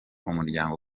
umuryango